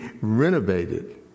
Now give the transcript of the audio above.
renovated